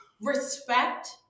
respect